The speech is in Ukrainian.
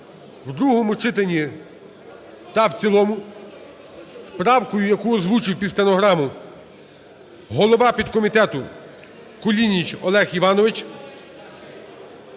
в другому читанні та в цілому з правкою, яку озвучив під стенограму голова підкомітету Кулініч Олег Іванович,